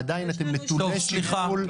עדיין אתם נטולי שיקול,